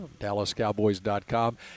DallasCowboys.com